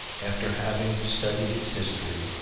after having studied its history,